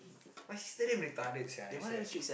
my sister damn retarded sia I swear